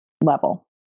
level